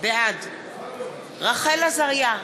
בעד רחל עזריה,